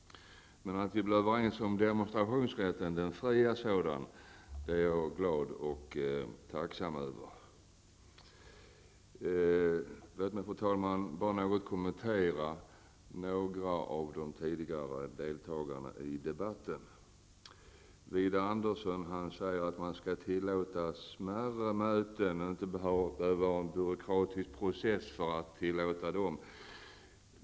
Men att vi är överens om den fria demonstrationsrätten är jag glad och tacksam över. Låt mig, fru talman, bara något kommentera vad som sagts av ett par av deltagarna i debatten. Widar Andersson säger att det inte behövs någon byråkratisk process för att tillåta smärre möten.